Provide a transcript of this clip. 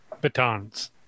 batons